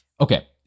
okay